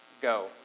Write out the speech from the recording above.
go